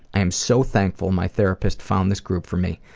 i am so thankful my therapist found this group for me.